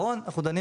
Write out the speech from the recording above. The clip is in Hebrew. הם לא זכאי